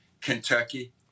Kentucky